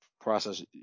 process